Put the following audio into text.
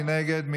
מי נגד?